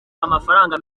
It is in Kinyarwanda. amafaranga